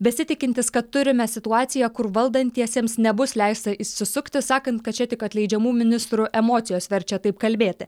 besitikintis kad turime situaciją kur valdantiesiems nebus leista išsisukti sakant kad čia tik atleidžiamų ministrų emocijos verčia taip kalbėti